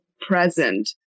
present